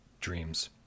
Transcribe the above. Dreams